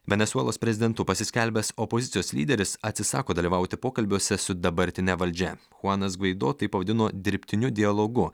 venesuelos prezidentu pasiskelbęs opozicijos lyderis atsisako dalyvauti pokalbiuose su dabartine valdžia chuanas gvaido tai pavadino dirbtiniu dialogu